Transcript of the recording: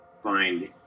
find